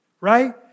right